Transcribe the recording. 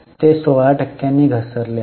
ते 16 टक्क्यांनी घसरले आहेत